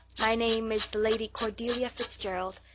my name is the lady cordelia fitzgerald.